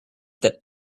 that